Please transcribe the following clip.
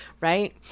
right